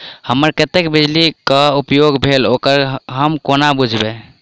हमरा कत्तेक बिजली कऽ उपयोग भेल ओकर हम कोना बुझबै?